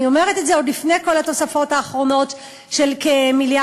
אני אומרת את זה עוד לפני כל התוספות האחרונות של כמיליארד